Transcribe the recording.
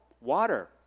water